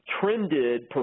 trended